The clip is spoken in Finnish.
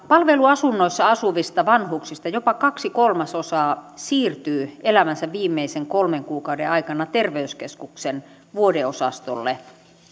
palveluasunnoissa asuvista vanhuksista jopa kaksi kolmasosaa siirtyy elämänsä viimeisten kolmen kuukauden aikana terveyskeskuksen vuodeosastolle